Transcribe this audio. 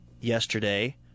yesterday